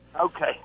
Okay